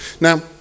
Now